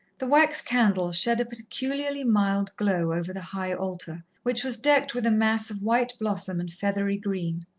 the wax candles shed a peculiarly mild glow over the high altar, which was decked with a mass of white blossom and feathery green,